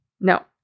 No